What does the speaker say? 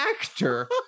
actor